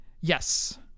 Yes